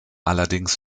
allerdings